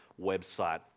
website